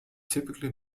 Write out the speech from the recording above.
typically